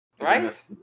right